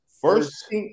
First